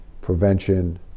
prevention